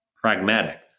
pragmatic